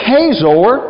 Hazor